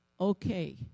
Okay